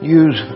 use